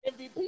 MVP